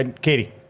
Katie